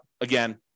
again